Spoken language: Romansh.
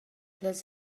las